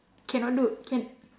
cannot look can